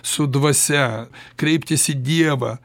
su dvasia kreiptis į dievą